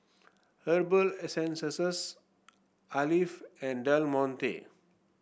Herbal Essences Alf and Del Monte